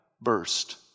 burst